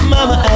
Mama